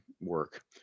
work